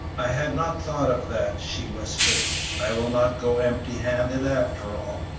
i had not thought of that, she whispered i will not go empty-handed after all.